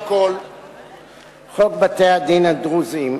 חוק בתי-הדין הדתיים הדרוזיים,